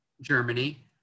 Germany